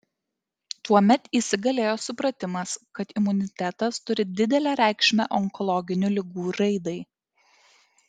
tuomet įsigalėjo supratimas kad imunitetas turi didelę reikšmę onkologinių ligų raidai